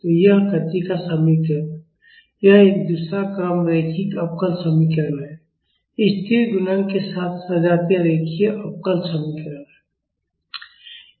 तो यह गति का समीकरण यह एक दूसरा क्रम रैखिक अवकल समीकरण है स्थिर गुणांक के साथ सजातीय रैखिक अवकल समीकरण